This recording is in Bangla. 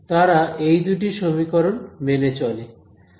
তারা এই দুটি সমীকরণ মেনে চলে